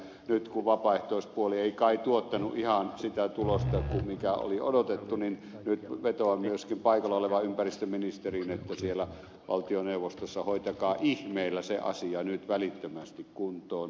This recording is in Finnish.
nyt kun vapaaehtoispuoli ei kai tuottanut ihan sitä tulosta mikä oli odotettu nyt vetoan myöskin paikalla olevaan ympäristöministeriin että siellä valtioneuvostossa hoitakaa ihmeellä se asia nyt välittömästi kuntoon